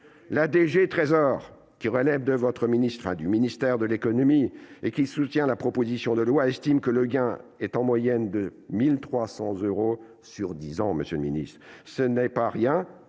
du Trésor, qui relève du ministère de l'économie et qui soutient la proposition de loi, estime que le gain est en moyenne de 1 300 euros sur dix ans. Ce n'est pas rien,